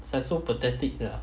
it's like so pathetic sia